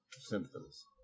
symptoms